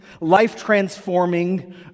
life-transforming